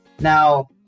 now